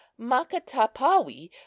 Makatapawi